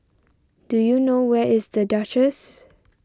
do you know where is the Duchess